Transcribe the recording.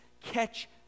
catch